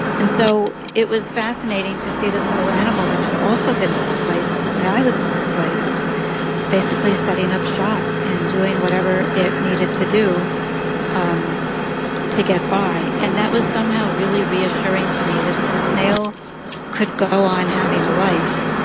and so it was fascinating to see this little animal that had also been displaced the way i was displaced basically setting up shop and doing whatever it needed to do um to get by. and that was somehow really reassuring to me that, if the snail could go on having a life,